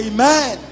Amen